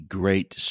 great